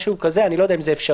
משהו כזה אני לא יודע אם זה אפשרי.